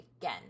again